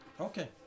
Okay